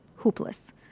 hoopless